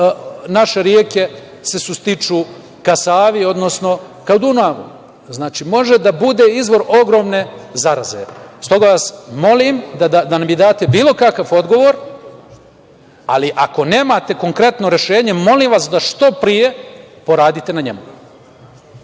naše reke sustiču ka Savi, odnosno ka Dunavu. Znači, može da bude izvor ogromne zaraze. Stoga vas molim da mi date bilo kakav odgovor, ali ako nemate konkretno rešenje, molim vas da što pre poradite na njemu.